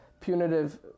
punitive